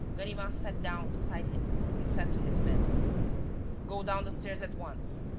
ganimard sat down beside him and said to his men go down the stairs at once.